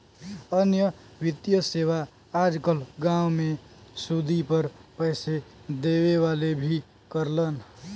अन्य वित्तीय सेवा आज कल गांव में सुदी पर पैसे देवे वाले भी करलन